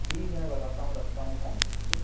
ठीक है मैं बताता हूँ रखता हूँ फ़ोन ठीक है